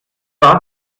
ist